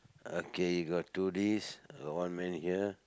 okay you got to do this got one man here